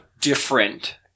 different